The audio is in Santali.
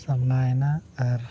ᱥᱟᱱᱟᱢᱱᱟᱭᱮᱱᱟ ᱟᱨ